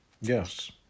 Yes